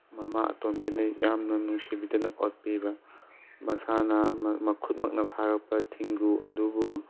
ꯃꯃꯥ ꯑꯇꯣꯝꯕꯤꯅ ꯌꯥꯝꯅ ꯅꯨꯡꯁꯤꯕꯤꯗꯅ ꯑꯣꯠꯄꯤꯕ ꯃꯁꯥꯅ ꯃꯈꯨꯠ ꯃꯛꯅ ꯐꯥꯔꯛꯄ ꯊꯦꯡꯒꯨ ꯑꯗꯨꯕꯨ